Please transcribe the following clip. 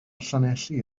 llanelli